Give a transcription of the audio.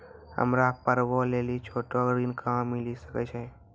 हमरा पर्वो लेली छोटो ऋण कहां मिली सकै छै?